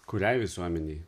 kuriai visuomenei